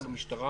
גם במשטרה